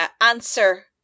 answer